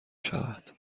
شود